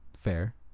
Fair